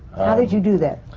how did you do that?